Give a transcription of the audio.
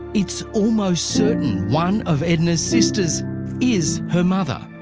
it's almost certain one of edna's sisters is her mother.